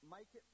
Mike